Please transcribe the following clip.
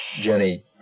Jenny